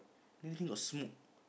everything got smoke